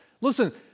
Listen